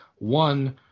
One